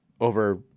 Over